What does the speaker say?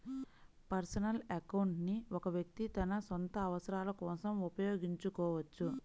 personal account ని ఒక వ్యక్తి తన సొంత అవసరాల కోసం ఉపయోగించుకోవచ్చు